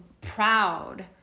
proud